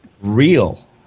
real